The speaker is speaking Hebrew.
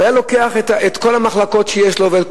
היה לוקח את כל המחלקות שיש לו וכל